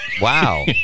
wow